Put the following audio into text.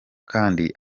kandi